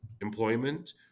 employment